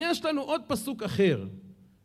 יש לנו עוד פסוק אחר.